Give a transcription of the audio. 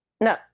No